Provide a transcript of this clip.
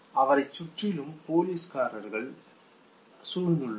அவரைச் சுற்றிலும் போலீஸ்காரர்கள் சூழ்ந்துள்ளனர்